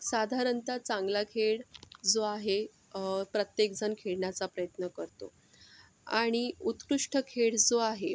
साधारणत चांगला खेळ जो आहे प्रत्येकजण खेळण्याचा प्रयत्न करतो आणि उत्कृष्ट खेळ जो आहे